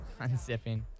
Unzipping